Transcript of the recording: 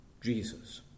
Jesus